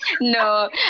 no